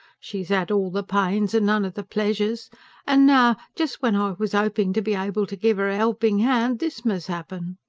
she's ad all the pains and none of the pleasures and now, just when i was hoping to be able to give er a helping hand, this must happen.